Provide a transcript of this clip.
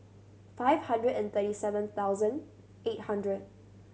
five hundred and thirty seven thousand eight hundred